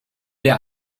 der